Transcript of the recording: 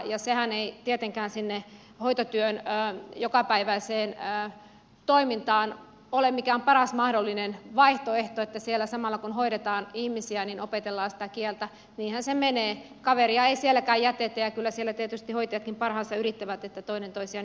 ja sehän ei tietenkään sinne hoitotyön jokapäiväiseen toimintaan ole mikään paras mahdollinen vaihtoehto että siellä samalla kun hoidetaan ihmisiä opetellaan kieltä niinhän se menee kaveria ei sielläkään jätetä ja kyllä siellä tietysti hoitajatkin parhaansa yrittävät että toinen toisiaan ymmärtäisivät